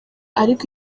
ariko